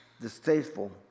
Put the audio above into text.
distasteful